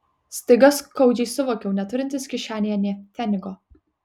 staiga skaudžiai suvokiau neturintis kišenėje nė pfenigo